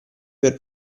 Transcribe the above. per